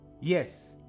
Yes